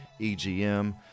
EGM